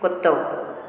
कुतो